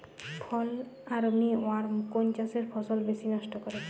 ফল armyworm কোন চাষের ফসল বেশি নষ্ট করে?